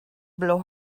blow